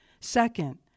Second